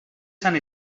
sant